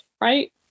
right